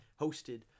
hosted